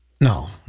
No